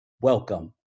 welcome